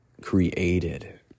created